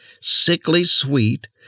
sickly-sweet